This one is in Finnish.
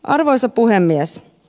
arvoisa puhemies